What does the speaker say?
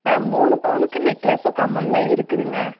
ஆ மூணு பவுனுக்கு நெக்லஸும் கம்மலெலாம் இருக்குதுங்க